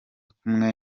kumwe